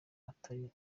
atari